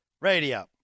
Radio